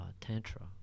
Tantra